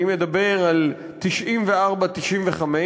ואני מדבר על 1994 1995,